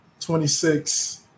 26